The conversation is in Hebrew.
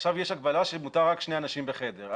עכשיו יש הגבלה שמותר רק שני אנשים בחדר.